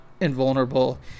invulnerable